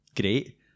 great